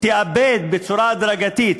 תאבד בצורה הדרגתית